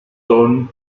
son